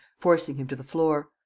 forcing him to the floor.